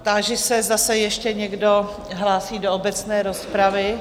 Táži se, zase ještě někdo hlásí do obecné rozpravy?